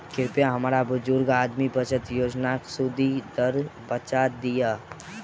कृपया हमरा बुजुर्ग आदमी बचत योजनाक सुदि दर बता दियऽ